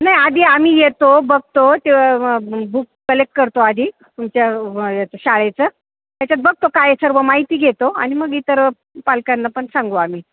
नाही आधी आम्ही येतो बघतो ते बुक कलेक्ट करतो आधी तुमच्या याचं शाळेचं त्याच्यात बघतो काय सर्व माहिती घेतो आणि मग इतर पालकांना पण सांगू आम्ही